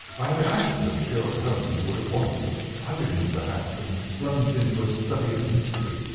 i had imagined that sherlock holmes would at once have hurried into the house and plunged into a study of the mystery.